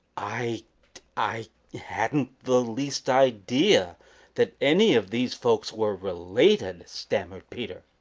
i i hadn't the least idea that any of these folks were related, stammered peter.